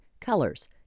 colors